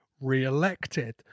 re-elected